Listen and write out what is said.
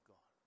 God